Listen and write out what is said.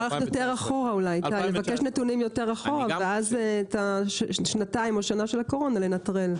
אפשר ללכת יותר אחורה אולי ואז את השנה-שנתיים של הקורונה לנטרל.